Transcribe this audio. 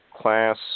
class